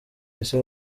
isi